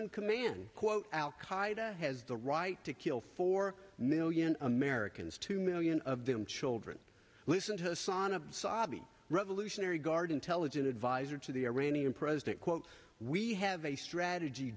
in command quote al qaeda has the right to kill four million americans two million of them children listen to us on a sabi revolutionary guard intelligent advisor to the iranian president quote we have a strategy